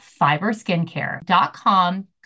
FiberSkincare.com